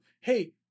Hey